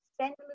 spend